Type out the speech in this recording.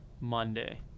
Monday